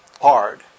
hard